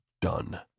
done